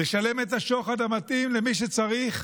לשלם את השוחד המתאים למי שצריך,